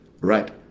right